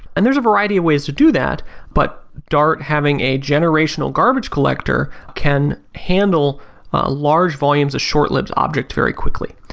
and there's a variety ways to do that but dart, having a generational garbage collector, can handle large volumes of short lived objects very quickly.